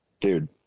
dude